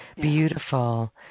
Beautiful